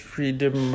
Freedom